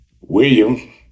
William